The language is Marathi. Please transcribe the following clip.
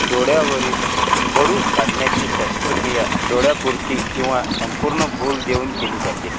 डोळ्यावरील गळू काढण्याची शस्त्रक्रिया डोळ्यापुरती किंवा संपूर्ण भूल देऊन केली जाते